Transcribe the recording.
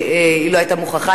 שהיא לא היתה מוכרחה.